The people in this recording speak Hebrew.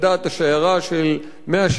השיירה של 170,000,